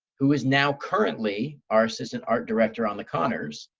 who is now currently our assistant art director on the conners,